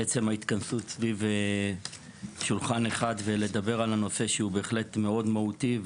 עצם ההתכנסות סביב שולחן אחד ולדבר על הנושא שהוא בהחלט מאוד מהותי,